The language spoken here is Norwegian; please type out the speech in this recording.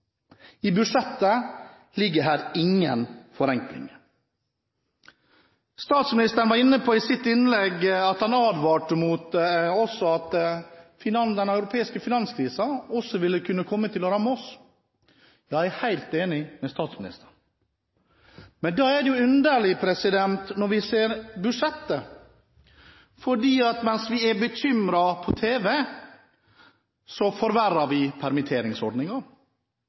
I budsjettet ligger det ingen forenkling. Statsministeren var i sitt innlegg inne på og advarte mot at den europeiske finanskrisen også ville kunne komme til å ramme oss. Det er jeg helt enig med statsministeren i. Men da er det underlig – når vi ser budsjettet – at mens man er bekymret på tv, forverrer man permitteringsordningen. Vi